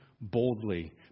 boldly